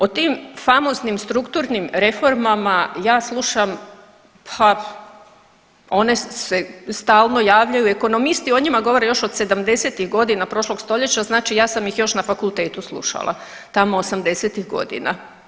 O tim famoznim strukturnim reformama ja slušam pa one se stalno javljaju, ekonomisti o njima govore još od sedamdesetih godina prošlog stoljeća, znači ja sam ih još na fakultetu slušala tamo osamdesetih godina.